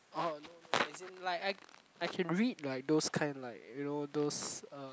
orh no as in like I I can read like those kind like you know those uh